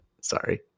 sorry